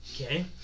Okay